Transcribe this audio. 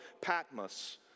Patmos